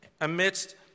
amidst